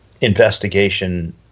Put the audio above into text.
investigation